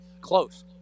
close